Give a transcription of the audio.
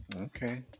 okay